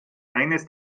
eines